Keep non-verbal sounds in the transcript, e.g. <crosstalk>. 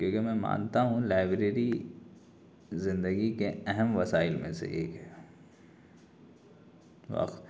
کیونکہ میں مانتا ہوں کہ لائبریری زندگی کے اہم وسائل میں سے ایک ہے <unintelligible>